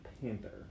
panther